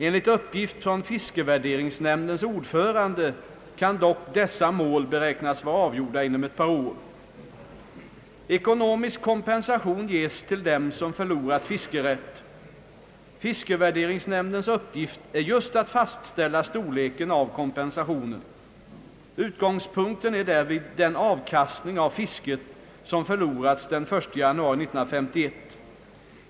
Enligt uppgift från fiskevärderingsnämndens ordförande kan dock dessa mål beräknas vara avgjorda inom ett par år. Ekonomisk kompensation ges till dem som förlorat fiskerätt. Fiskevärderingsnämndens uppgift är just att fastställa storleken av kompensationen. Utgångspunkten är därvid den avkastning av fisket som förlorats den 1 januari 1951.